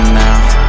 now